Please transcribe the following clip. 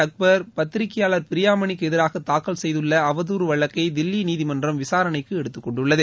அக்பர் பத்திரிகையாளர் பிரியாமணிக்கு எதிராக தாக்கல் செய்துள்ள அவதூறு வழக்கை தில்லி நீதிமன்றம் விசாரணைக்கு எடுத்துக் கொண்டுள்ளது